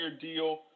deal